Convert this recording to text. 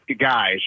guys